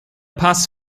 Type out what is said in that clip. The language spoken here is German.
pass